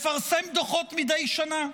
לפרסם דוחות מדי שנה,